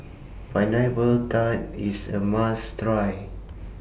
Pineapple Tart IS A must Try